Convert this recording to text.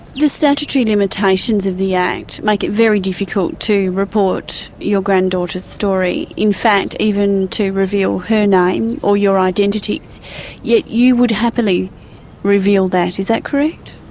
the statutory limitations of the act make it very difficult to report your granddaughter's story, in fact even to reveal her name or your identities. yet you would happily reveal that, is that correct?